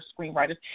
screenwriters